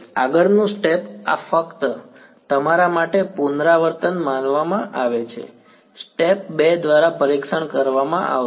આગળનું સ્ટેપ આ ફક્ત તમારા માટે પુનરાવર્તન માનવામાં આવે છે સ્ટેપ 2 દ્વારા પરીક્ષણ કરવામાં આવશે